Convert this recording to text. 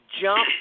Jump